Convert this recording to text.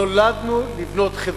נולדנו לבנות חברה.